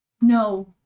No